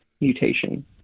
mutation